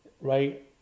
right